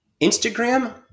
Instagram